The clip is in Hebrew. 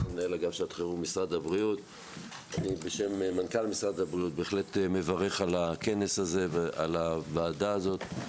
מנכ"ל משרד הבריאות בהחלט מברך על הוועדה הזאת.